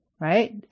right